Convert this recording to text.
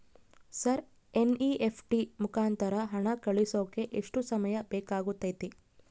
Sir NEFT ಮುಖಾಂತರ ಹಣ ಕಳಿಸೋಕೆ ಎಷ್ಟು ಸಮಯ ಬೇಕಾಗುತೈತಿ?